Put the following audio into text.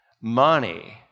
money